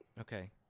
Okay